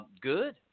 Good